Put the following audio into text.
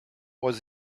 was